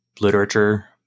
literature